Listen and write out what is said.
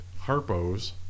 Harpos